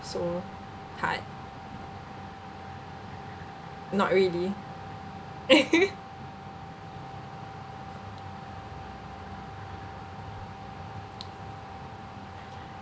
so hard not really